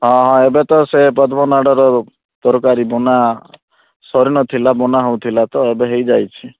ହଁ ହଁ ଏବେ ତ ସେ ପଦ୍ମନାଡ଼ର ତରକାରୀ ବନା ସରିନଥିଲା ବନା ହେଉଥିଲା ତ ଏବେ ହେଇଯାଇଛି